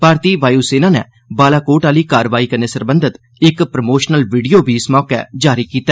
भारतीय वायुसेना नै बालाकोट आह्ली कार्रवाई कन्नै सरबंधत इक प्रमोशनल वीडियो बी इस मौके जारी कीता